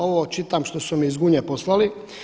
Ovo čitam što su mi iz Gunje poslali.